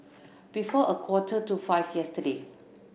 before a quarter to five yesterday